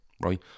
right